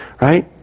Right